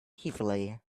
heavily